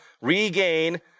regain